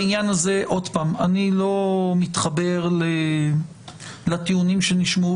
בעניין הזה אני לא מתחבר לטיעונים שנשמעו